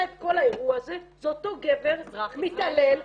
את כל האירוע הזה הוא אותו גבר מתעלל --- אזרח ישראלי.